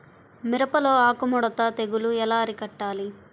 మిరపలో ఆకు ముడత తెగులు ఎలా అరికట్టాలి?